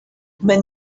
when